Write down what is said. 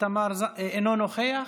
אינו נוכח,